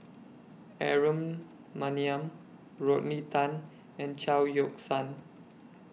Aaron Maniam Rodney Tan and Chao Yoke San